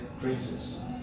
princes